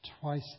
twice